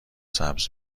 سبز